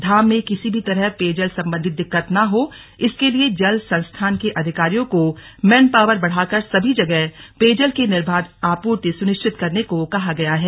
धाम में किसी भी तरह पेयजल संबंधी दिक्कत न हो इसके लिए जल संस्थान के अधिकारियों को मैनपावर बढ़ाकर सभी जगह पेयजल की निर्बाध आपूर्ति सुनिश्चित करने को कहा गया है